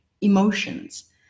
emotions